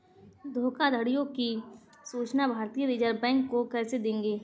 धोखाधड़ियों की सूचना भारतीय रिजर्व बैंक को कैसे देंगे?